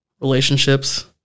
relationships